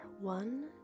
One